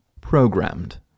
programmed